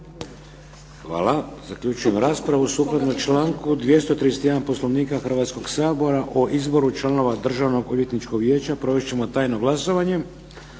Hvala. Zaključujem raspravu. Sukladno članku 231. Poslovnika Hrvatskog sabora, o izboru članova Državnoodvjetničkog vijeća provest ćemo tajno glasovanje.